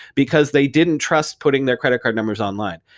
because they didn't trust putting their credit card numbers online.